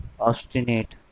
Obstinate